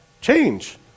Change